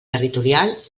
territorial